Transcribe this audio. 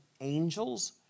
angels